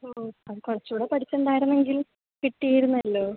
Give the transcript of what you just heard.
ഓ അത് കുറച്ചുംകൂടെ പഠിച്ച് ഉണ്ടായിരുന്നെങ്കിൽ കിട്ടി ഇരുന്നല്ലൊ